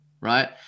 right